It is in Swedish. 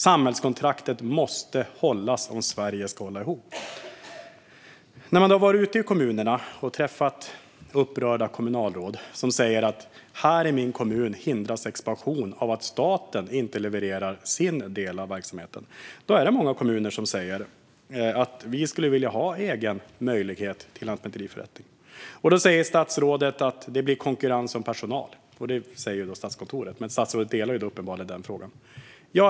Samhällskontraktet måste hållas om Sverige ska hålla ihop. Jag har varit ute i kommunerna och träffat upprörda kommunalråd som säger: "Här i min kommun hindras expansionen av att staten inte levererar sin del av verksamheten." I många kommuner säger man att man skulle vilja ha egen möjlighet till lantmäteriförrättning. Statskontoret säger att det skulle leda till konkurrens om personal. Och statsrådet håller uppenbarligen med.